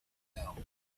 know